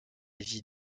vie